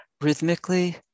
rhythmically